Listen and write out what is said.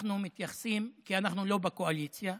כי אנחנו לא בקואליציה.